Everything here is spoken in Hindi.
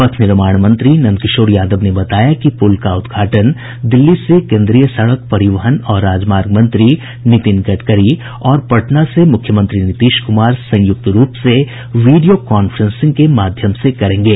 पथ निर्माण मंत्री नंदकिशोर यादव ने बताया कि पुल का उद्घाटन दिल्ली से केन्द्रीय सड़क परिवहन और राजमार्ग मंत्री नितिन गडकरी और पटना से मुख्यमंत्री नीतीश कुमार संयुक्त रूप से वीडियो कांफ्रेंसिंग के माध्यम से करेंगे